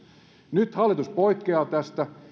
nyt hallitus poikkeaa tästä